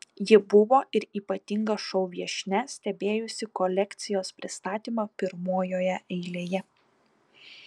ji buvo ir ypatinga šou viešnia stebėjusi kolekcijos pristatymą pirmojoje eilėje